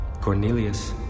Cornelius